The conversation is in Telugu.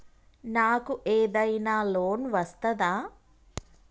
నాకు ఏదైనా లోన్ వస్తదా?